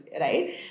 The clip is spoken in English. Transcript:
right